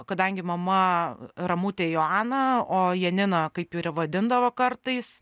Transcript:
kadangi mama ramutė joana o janina kaip ir vadindavo kartais